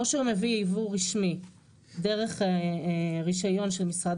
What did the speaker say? או שהוא מביא ייבוא רשמי דרך רישיון של משרד